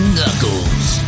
Knuckles